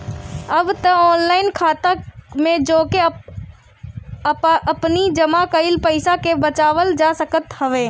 अब तअ ऑनलाइन खाता में जाके आपनी जमा कईल पईसा के भजावल जा सकत हवे